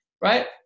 Right